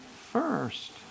first